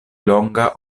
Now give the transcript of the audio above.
longa